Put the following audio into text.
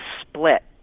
split